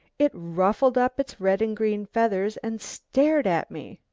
it ruffled up its red and green feathers and stared at me.